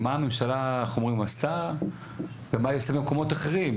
מה הממשלה עשתה ומה היא עושה במקומות אחרים?